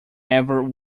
ever